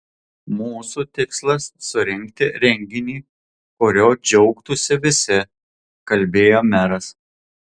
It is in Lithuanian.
mūsų tikslas surengti renginį kuriuo džiaugtųsi visi kalbėjo meras